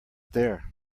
there